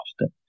often